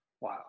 Wow